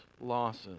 losses